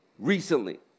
recently